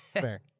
fair